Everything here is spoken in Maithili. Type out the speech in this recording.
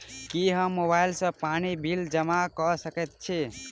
की हम मोबाइल सँ पानि बिल जमा कऽ सकैत छी?